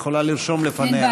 יכולה לרשום לפניה.